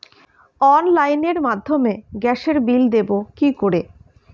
অনলাইনের মাধ্যমে গ্যাসের বিল দেবো কি করে?